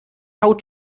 haut